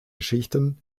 geschichten